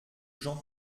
jean